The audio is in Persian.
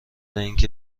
اینکه